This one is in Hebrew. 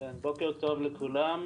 בוקר טוב לכולם,